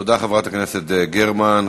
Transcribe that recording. תודה, חברת הכנסת גרמן.